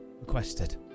requested